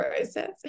process